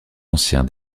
ancien